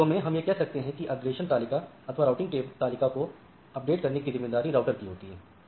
अन्य शब्दों में हम यह कह सकते हैं कि अग्रेषण तालिका अथवा राउटिग तालिका को अपडेट करने की जिम्मेदारी राउटर की होती है